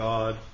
God